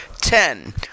ten